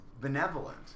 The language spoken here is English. benevolent